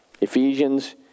Ephesians